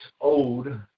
old